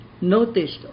noticed